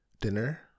dinner